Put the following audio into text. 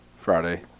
Friday